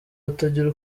utagira